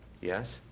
Yes